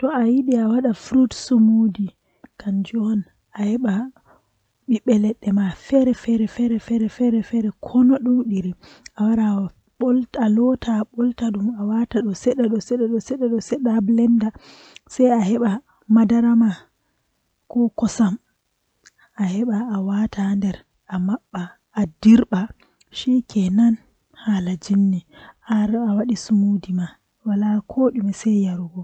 Ko ɗum no waawugol, kono neɗɗo waɗataa waɗde heɓde sooyɗi e waɗal ɓuri. Nde a waawi heɓde sooyɗi, ɗuum njogitaa goongɗi e jam e laaɓugol. Kono nde a heɓi njogordu e respect, ɗuum woodani waawugol ngir heɓde hakkilagol e njarɗi, njikataaɗo goongɗi. Nde e waɗi wattan, ko waɗa heɓde respet e ɓuri jooni,